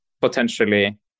potentially